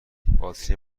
باتری